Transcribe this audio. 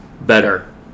Better